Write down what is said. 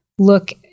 look